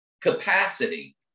capacity